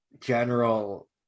general